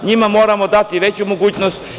Njima moramo dati veću mogućnost.